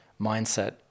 mindset